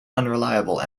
unreliable